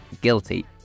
guilty